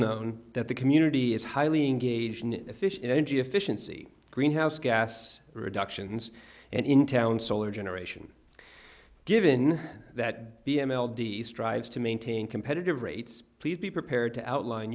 known that the community is highly engaged in energy efficiency greenhouse gas reductions and in town solar generation given that d m l d strives to maintain competitive rates please be prepared to outl